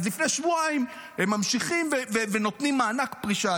אז לפני שבועיים הם ממשיכים ונותנים מענק פרישה,